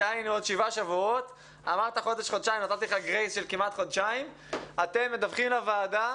דהיינו עוד שבעה שבועות אתם מדווחים לוועדה